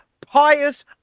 pious